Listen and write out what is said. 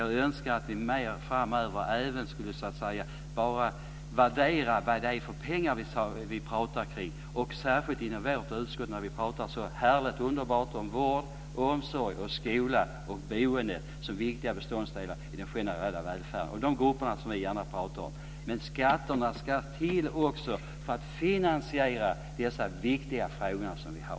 Jag önskar att vi mer framöver även skulle värdera vad det är för pengar vi pratar om. Det gäller särskilt inom vårt utskott, där vi pratar så härligt och underbart om vård, omsorg, skola och boende som viktiga beståndsdelar i den generella välfärden. Det är de grupperna som vi gärna pratar om. Men skatterna ska till för att finansiera dessa viktiga områden.